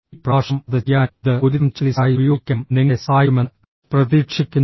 ഈ പ്രഭാഷണം അത് ചെയ്യാനും ഇത് ഒരുതരം ചെക്ക്ലിസ്റ്റായി ഉപയോഗിക്കാനും നിങ്ങളെ സഹായിക്കുമെന്ന് പ്രതീക്ഷിക്കുന്നു